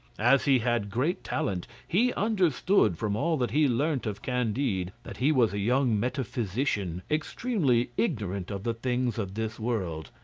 as he had great talent, he understood from all that he learnt of candide that he was a young metaphysician, extremely ignorant of the things of this world,